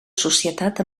societat